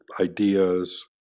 ideas